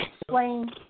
explain